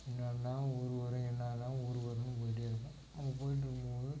எந்நேரந்தான் ஊர் வரும் எந்நேரந்தான் ஊர் வருன்னு போய்கிட்டே இருக்கும் அப்படி போயிட்டிருக்கும் போது